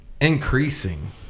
increasing